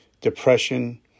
depression